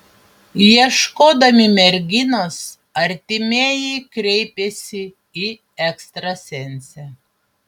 ieškodami merginos artimieji kreipėsi į ekstrasensę